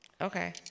Okay